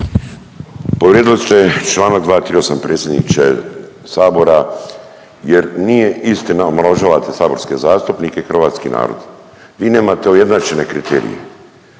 Povrijedili ste članak 238. predsjedniče Sabora, jer nije istina. Omalovažavate saborske zastupnike, hrvatski narod. Vi nemate ujednačene kriterije.